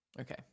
okay